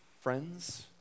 Friends